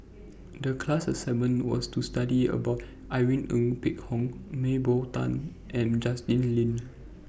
The class assignment was to study about Irene Ng Phek Hoong Mah Bow Tan and Justin Lean